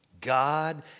God